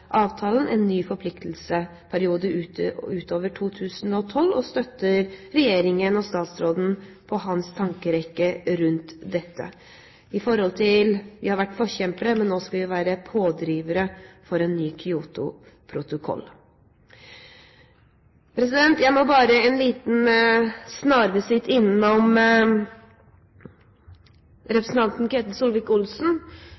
avtalen, en ny forpliktelsesperiode utover 2012, og vi støtter regjeringen og statsråden og hans tankerekke rundt dette: Vi har vært forkjempere, men nå skal vi være pådrivere for en ny Kyoto-protokoll. Jeg må bare en liten snarvisitt innom